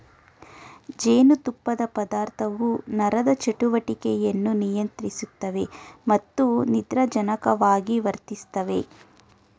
ಜೇನುತುಪ್ಪದ ಪದಾರ್ಥವು ನರದ ಚಟುವಟಿಕೆಯನ್ನು ನಿಯಂತ್ರಿಸುತ್ತವೆ ಮತ್ತು ನಿದ್ರಾಜನಕವಾಗಿ ವರ್ತಿಸ್ತವೆ